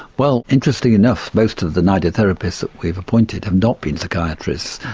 well interestingly enough most of the nidotherapists we've appointed have not been psychiatrists.